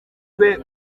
rwe